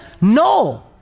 No